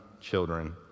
children